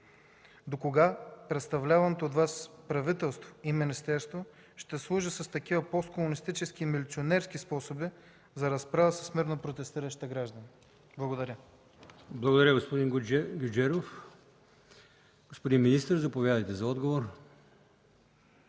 Докога представляваното от Вас правителство и министерство ще си служите с такива посткомунистически милиционерски способи за разправа с мирно протестиращите граждани? Благодаря. ПРЕДСЕДАТЕЛ АЛИОСМАН ИМАМОВ: Благодаря, господин Гуджеров. Господин министър, заповядайте за отговор.